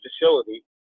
facility